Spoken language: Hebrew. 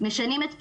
משנים את פניהם,